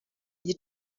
muri